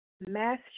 mass